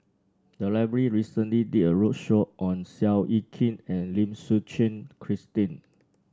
the library recently did a roadshow on Seow Yit Kin and Lim Suchen Christine